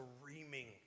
screaming